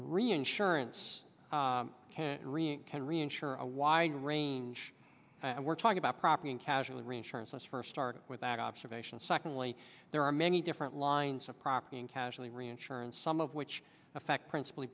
reinsure a wide range we're talking about property and casualty reinsurance let's first start with that observation secondly there are many different lines of property and casualty reinsurance some of which affect principal